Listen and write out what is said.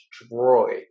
destroyed